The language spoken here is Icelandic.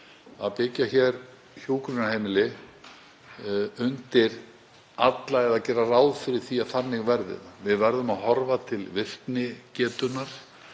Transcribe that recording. að byggja hjúkrunarheimili undir alla eða gera ráð fyrir því að þannig verði það. Við verðum að horfa til virknigetunnar